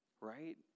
Right